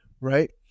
right